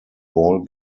ball